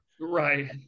Right